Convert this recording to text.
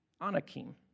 Anakim